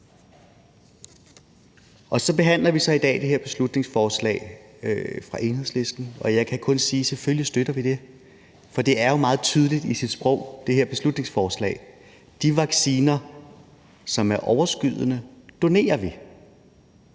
Så behandler vi i dag det her beslutningsforslag fra Enhedslisten, og jeg kan kun sige, at selvfølgelig støtter vi det. For det her beslutningsforslag er jo meget tydeligt i sit sprog : De vacciner, som er overskydende, donerer vi.